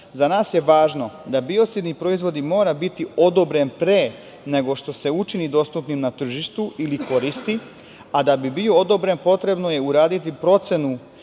za nas je važno da biocidni proizvodi moraju biti odobreni pre nego što se učini dostupnim na tržištu ili koristi, a da bi bio odobren potrebno je uraditi procenu